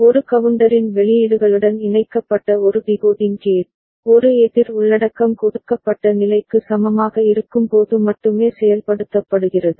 ஒரு கவுண்டரின் வெளியீடுகளுடன் இணைக்கப்பட்ட ஒரு டிகோடிங் கேட் ஒரு எதிர் உள்ளடக்கம் கொடுக்கப்பட்ட நிலைக்கு சமமாக இருக்கும்போது மட்டுமே செயல்படுத்தப்படுகிறது